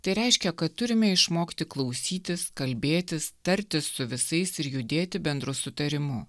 tai reiškia kad turime išmokti klausytis kalbėtis tartis su visais ir judėti bendru sutarimu